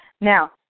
Now